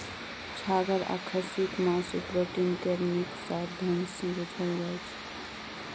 छागर आ खस्सीक मासु प्रोटीन केर नीक साधंश बुझल जाइ छै